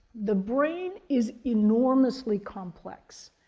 the brain is enormously complex.